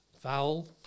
Vowel